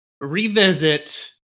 revisit